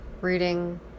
reading